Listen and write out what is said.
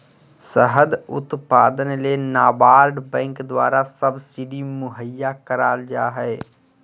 शहद उत्पादन ले नाबार्ड बैंक द्वारा सब्सिडी मुहैया कराल जा हय